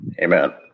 Amen